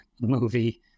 movie